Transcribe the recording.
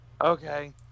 Okay